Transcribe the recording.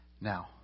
Now